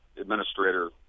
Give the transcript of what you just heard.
administrator